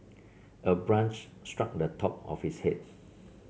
a branch struck the top of his head